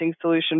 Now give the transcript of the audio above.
solution